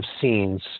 scenes